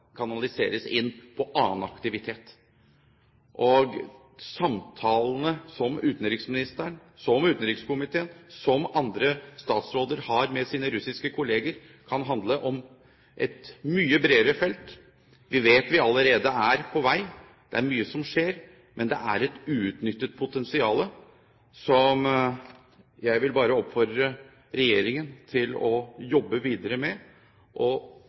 kanaliseres inn på annen aktivitet. Samtalene som utenrikskomiteen, utenriksministeren og andre statsråder har med sine russiske kolleger, kan handle om et mye bredere felt. Vi vet at vi allerede er på vei. Det er mye som skjer. Men det er et uutnyttet potensial som jeg bare vil oppfordre regjeringen til å jobbe videre med og